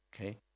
Okay